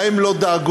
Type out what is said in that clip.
להן לא דאגו,